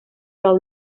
del